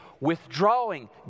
withdrawing